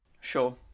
Sure